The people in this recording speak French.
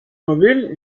mobiles